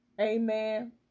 Amen